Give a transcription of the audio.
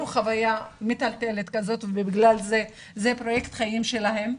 עברו חוויה מטלטלת כזאת ובגלל זה זה פרויקט של החיים שלהם.